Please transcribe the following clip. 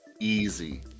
easy